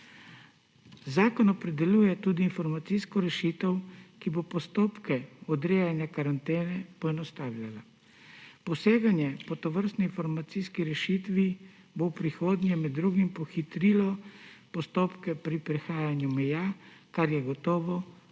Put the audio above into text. Zakon opredeljuje tudi informacijsko rešitev, ki bo postopke odrejanja karantene poenostavila. Poseganje po tovrstni informacijski rešitvi bo v prihodnje med drugim pohitrilo postopke pri prehajanju meja, kar je gotovo pozitivno